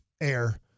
air